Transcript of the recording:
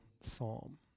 psalm